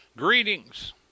Greetings